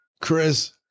Chris